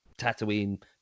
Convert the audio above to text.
Tatooine